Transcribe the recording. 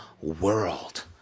world